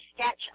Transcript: sketch